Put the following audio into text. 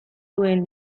duen